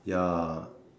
ya